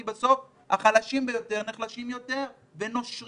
כי בסוף החלשים ביותר נחלשים יותר ונושרים,